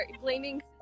blaming